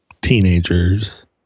teenagers